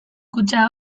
kutxa